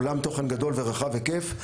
עולם תוכן גדול ורחב היקף.